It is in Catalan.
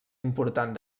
important